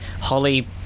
Holly